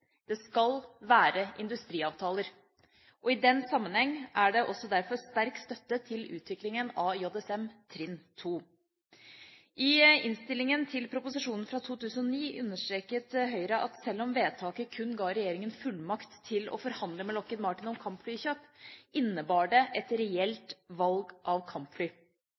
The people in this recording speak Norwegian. Det skal være industriavtaler. I den sammenheng er det derfor sterk støtte til utviklingen av JSM, trinn 2. I innstillinga til proposisjonen fra 2009 understreket Høyre at sjøl om vedtaket kun ga regjeringa fullmakt til å forhandle med Lockheed Martin om kampflykjøp, innebar det et reelt valg av kampfly.